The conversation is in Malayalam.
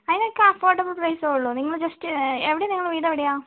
അതിനൊക്കെ അഫോർഡബിൾ പ്രൈസേ ഉള്ളു നിങ്ങൾ ജസ്റ്റ് എവിടെയാണ് നിങ്ങളെ വീടെവിടെയാണ്